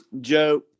Joe